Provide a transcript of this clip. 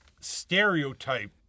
stereotype